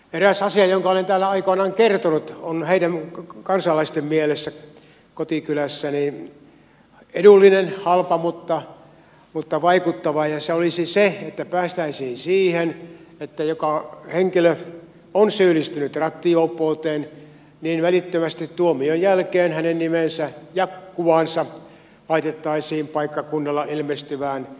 eräs rangaistuskeino jonka olen täällä aikoinaan kertonut on kansalaisten mielestä kotikylässäni edullinen halpa mutta vaikuttava ja se olisi se että päästäisiin siihen että jos henkilö on syyllistynyt rattijuoppouteen välittömästi tuomion jälkeen hänen nimensä ja kuvansa laitettaisiin paikkakunnalla ilmestyvään lehteen